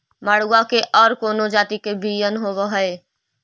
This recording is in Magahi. मडूया के और कौनो जाति के बियाह होव हैं?